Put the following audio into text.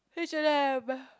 H and M